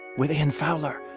with ian fowler,